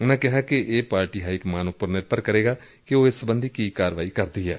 ਉਨਾਂ ਕਿਹਾ ਕਿ ਇਹ ਪਾਰਟੀ ਹਾਏ ਕੁਮਾਨ ਉਪਰ ਨਿਰਭਰ ਕਰੇਗਾ ਕਿ ਉਹ ਇਸ ਸਬੰਧੀ ਕੀ ਕਾਰਵਾਈ ਕਰਦੇ ਨੇ